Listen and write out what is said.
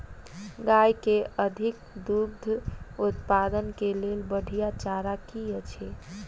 गाय केँ अधिक दुग्ध उत्पादन केँ लेल बढ़िया चारा की अछि?